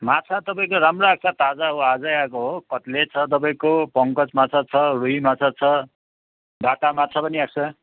माछा तपाईँको राम्रो आएको छ ताजा हो आजै आएको हो कत्लै छ तपाईँको पङ्कज माछा छ रुही माछा छ दाता माछा पनि आएको छ